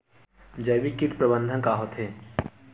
जैविक कीट प्रबंधन का होथे?